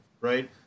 right